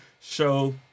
show